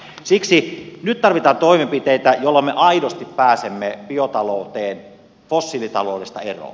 siksi nyt tarvitaan toimenpiteitä joilla me aidosti pääsemme biotalouteen fossiilitaloudesta eroon